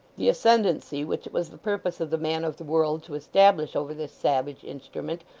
the ascendency which it was the purpose of the man of the world to establish over this savage instrument,